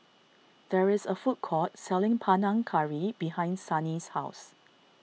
there is a food court selling Panang Curry behind Sannie's house